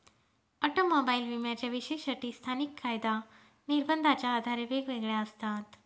automobile विम्याच्या विशेष अटी स्थानिक कायदा निर्बंधाच्या आधारे वेगवेगळ्या असतात